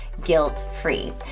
guilt-free